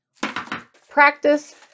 practice